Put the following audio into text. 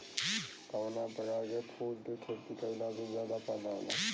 कवना प्रकार के फूल के खेती कइला से ज्यादा फायदा होला?